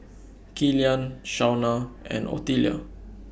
Gillian Shawna and Ottilia